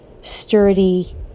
sturdy